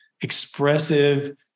expressive